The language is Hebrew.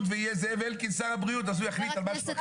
ויהיה זאב אלקין שר הבריאות אז הוא יחליט על משהו אחר.